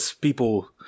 people